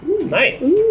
Nice